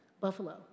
Buffalo